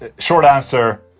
ah short answer.